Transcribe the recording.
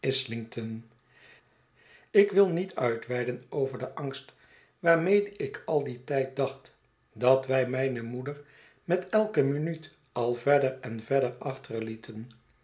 islington ik wil niet uitweiden over den angst waarmede ik al dien tijd dacht dat wij mijne moeder met elke minuut al verder en verder achterlieten